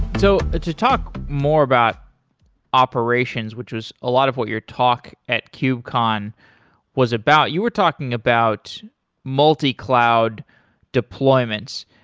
so to talk more about operations, which was a lot of what your talk at cube-con was about. you were talking about multi-cloud deployments.